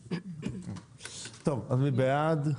טוב, אז מי בעד?